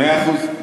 מאה אחוז.